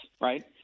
right